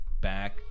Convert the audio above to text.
Back